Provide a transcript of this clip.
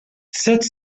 sept